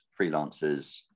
freelancers